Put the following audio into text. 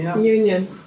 Union